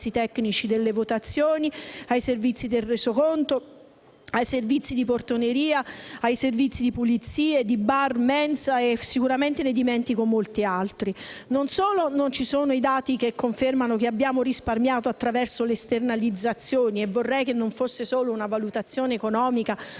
tecnici delle votazioni, ai servizi di portineria, ai servizi di pulizie, bar e mensa (e sicuramente ne dimentico molti altri). Non solo non ci sono dati che confermano che abbiamo risparmiato attraverso le esternalizzazioni - e vorrei che non fosse solo una valutazione economica,